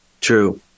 True